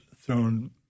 thrown